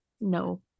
No